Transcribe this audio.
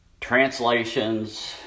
translations